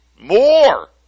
more